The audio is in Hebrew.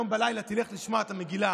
היום בלילה תלך לשמוע את המגילה,